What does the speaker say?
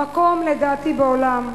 המקום, לדעתי, בעולם,